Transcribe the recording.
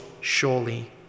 surely